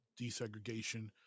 desegregation